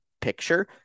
picture